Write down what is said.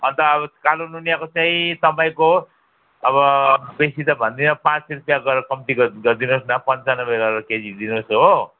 अनि त अब कालो नुनियाको चाहिँ तपाईँको अब बेसी त भन्दिनँ पाँच रुपियाँ गरेर कम्ती गरिदिन्छु दिनुहोस् न पन्चानब्बे गरेर केजी दिनुहोस् हो